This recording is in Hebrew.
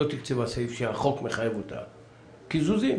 תקצבה סעיף שהחוק מחייב אותה קיזוזים.